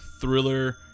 thriller